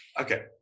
okay